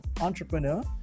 entrepreneur